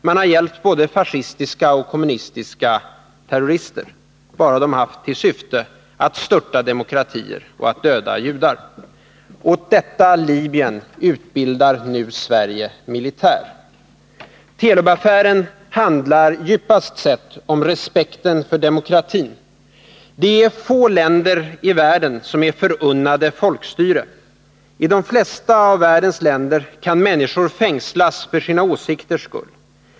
Man har hjälpt både fascistiska och kommunistiska terrorister — bara de haft till syfte att störta demokratier och att döda judar. Åt detta Libyen utbildar nu Sverige militär. Telub-affären handlar djupast sett om respekten för demokratin. Det är få länder i världen som är förunnade folkstyre. I de flesta av världens länder kan människor fängslas för sina åsikters skull.